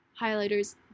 highlighters